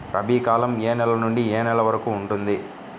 రబీ కాలం ఏ నెల నుండి ఏ నెల వరకు ఉంటుంది?